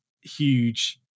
huge